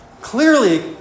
clearly